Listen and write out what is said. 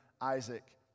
Isaac